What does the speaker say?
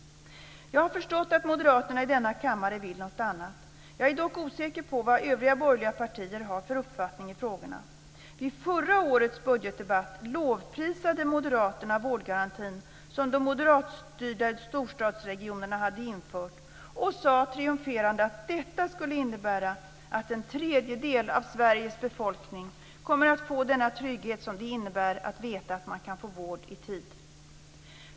Jag har förstått att moderaterna i denna kammare vill något annat. Jag är dock osäker på vad övriga borgerliga partier har för uppfattning i de här frågorna. Vid förra årets budgetdebatt lovprisade moderaterna den vårdgaranti som de moderatstyrda storstadsregionerna hade infört och sade triumferande att detta skulle innebära att en tredjedel av Sveriges befolkning skulle komma att få den trygghet som det innebär att veta att man kan få vård i tid.